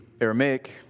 Aramaic